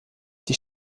die